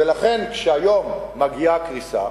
ולכן, כשהיום מגיעה קריסה,